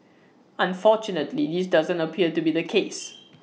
unfortunately this doesn't appear to be the case